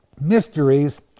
mysteries